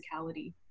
physicality